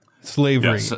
slavery